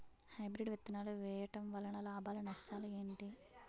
Hybrid విత్తనాలు వేయటం వలన లాభాలు నష్టాలు ఏంటి?